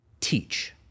teach